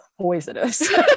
poisonous